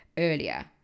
earlier